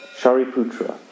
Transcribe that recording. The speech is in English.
Shariputra